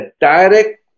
direct